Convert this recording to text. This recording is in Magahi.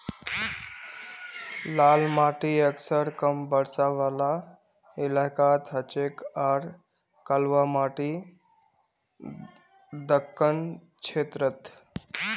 लाल माटी अक्सर कम बरसा वाला इलाकात हछेक आर कलवा माटी दक्कण क्षेत्रत